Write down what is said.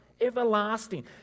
Everlasting